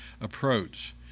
approach